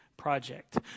Project